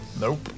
Nope